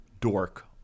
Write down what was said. dork